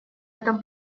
этом